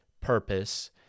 purpose